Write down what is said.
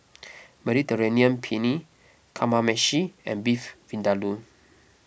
Mediterranean Penne Kamameshi and Beef Vindaloo